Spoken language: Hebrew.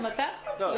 גם אתה יכול להיות פה.